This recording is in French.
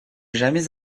jamais